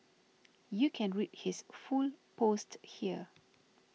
you can read his full post here